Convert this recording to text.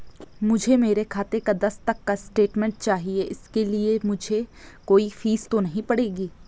मुझे मेरे खाते का दस तक का स्टेटमेंट चाहिए इसके लिए मुझे कोई फीस तो नहीं पड़ेगी?